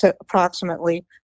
approximately